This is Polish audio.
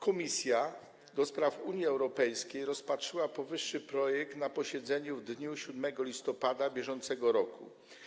Komisja do Spraw Unii Europejskiej rozpatrzyła powyższy projekt na posiedzeniu w dniu 7 listopada br.